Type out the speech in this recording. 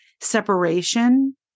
separation